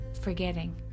forgetting